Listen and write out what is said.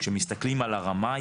כשמסתכלים על הרמה,